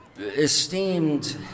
esteemed